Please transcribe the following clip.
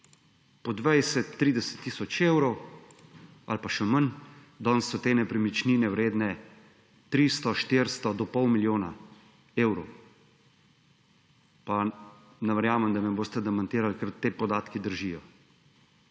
Po 20, 30 tisoč evrov ali pa še manj, danes so te nepremičnine vredne 300, 400 do pol milijona evrov. Pa ne verjamem, da me boste demantirali, ker ti podatki držijo.